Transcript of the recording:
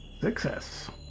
Success